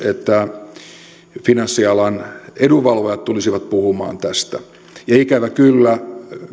että finanssialan edunvalvojat tulisivat puhumaan tästä ja ikävä kyllä